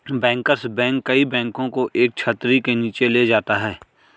bankers bank कई बैंकों को एक छतरी के नीचे ले जाता है